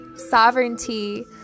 sovereignty